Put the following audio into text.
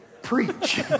Preach